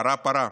פרה-פרה.